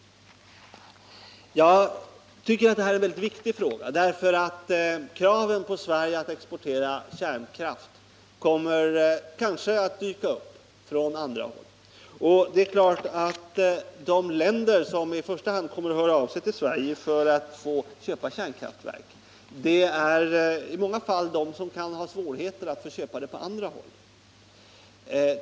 Jag tycker att detta är en mycket viktig fråga, eftersom krav på Sverige att exportera kärnkraft kanske kommer att dyka upp från andra håll. Det är klart att de länder som i första hand kommer att höra av sig till Sverige för att få köpa kärnkraftverk i många fall blir de som kan ha svårigheter att få köpa dem på andra håll.